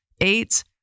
Eight